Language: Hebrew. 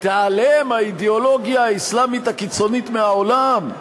תיעלם האידיאולוגיה האסלאמית הקיצונית מהעולם?